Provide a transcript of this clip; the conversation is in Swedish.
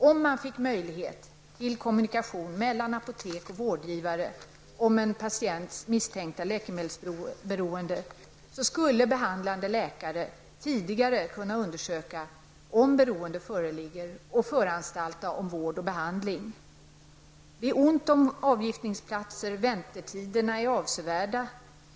Om det fanns möjligheter till kommunikation mellan apotek och vårdsgivare om en patients misstänkta läkemedelsberoende, skulle behandlande läkare tidigare kunna undersöka om beroende föreligger eller inte och föranstalta om vård och behandling. Det är ont om avgiftningsplatser, och väntetiderna är avsevärda.